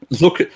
look